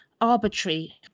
arbitrary